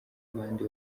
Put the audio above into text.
abandi